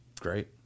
Great